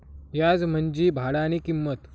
याज म्हंजी भाडानी किंमत